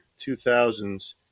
2000s